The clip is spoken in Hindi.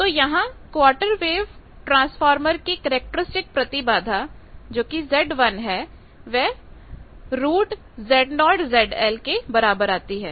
तो यहां क्वार्टर वेव ट्रांसफार्मर की कैरेक्टरिस्टिक प्रतिबाधा Z1 √Z0ZL के बराबर आती है